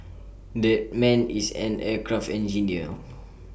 that man is an aircraft engineer